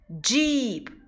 jeep